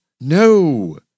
No